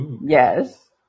Yes